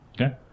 okay